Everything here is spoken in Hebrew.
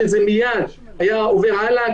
שזה מיד היה עובר הלאה,